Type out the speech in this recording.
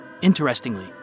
Interestingly